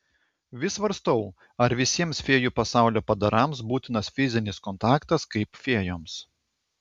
vis svarstau ar visiems fėjų pasaulio padarams būtinas fizinis kontaktas kaip fėjoms